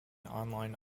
online